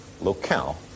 locale